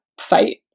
fight